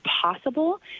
possible